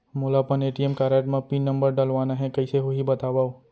मोला अपन ATM card म पिन नंबर डलवाना हे कइसे होही बतावव?